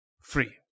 free